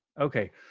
Okay